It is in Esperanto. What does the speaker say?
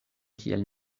kiel